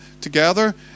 together